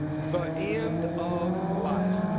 the end of life.